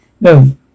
No